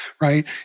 Right